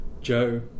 Joe